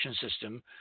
system